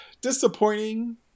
disappointing